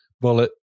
Bullet –